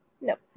nope